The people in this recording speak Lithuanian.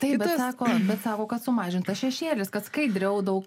tai sako bet sako kad sumažintas šešėlis kad skaidriau